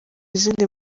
izindi